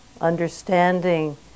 Understanding